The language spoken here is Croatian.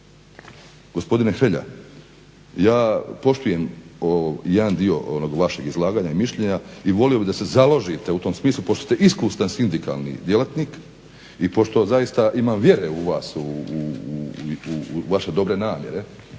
Gospodine Hrelja, ja poštujem jedan dio vašeg izlaganja i mišljenja i volio bih da se založite u tom smislu pošto ste iskusan sindikalni djelatnik i pošto zaista imam vjere u vas i u vaše dobre namjere